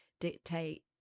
dictate